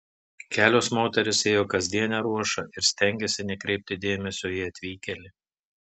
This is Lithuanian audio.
kelios moterys ėjo kasdienę ruošą ir stengėsi nekreipti dėmesio į atvykėlį